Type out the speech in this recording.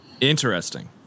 Interesting